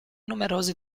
numerosi